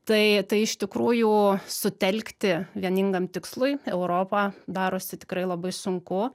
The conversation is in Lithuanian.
tai tai iš tikrųjų sutelkti vieningam tikslui europą darosi tikrai labai sunku